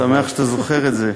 אני שמח שאתה זוכר את זה.